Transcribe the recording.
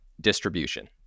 distribution